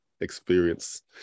experience